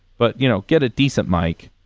but you know get a decent mic.